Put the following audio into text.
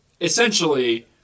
Essentially